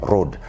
Road